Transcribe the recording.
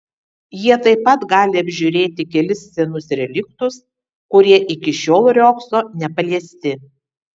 jie taip pat gali apžiūrėti kelis senus reliktus kurie iki šiol riogso nepaliesti